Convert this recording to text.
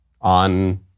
on